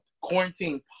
quarantine